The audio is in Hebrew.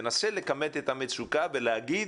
תנסה לכמת את המצוקה ולהגיד